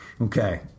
Okay